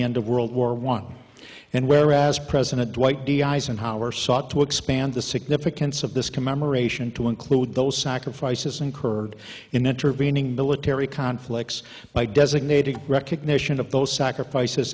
end of world war one and whereas president dwight d eisenhower sought to expand the significance of this commemoration to include those sacrifices incurred in intervening military conflicts by designating recognition of those sacrifices